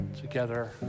together